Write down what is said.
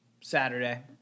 saturday